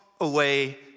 away